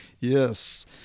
Yes